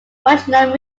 original